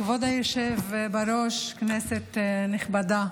כבוד היושב בראש, כנסת נכבדה,